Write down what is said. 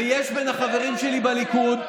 ויש בין החברים שלי בליכוד,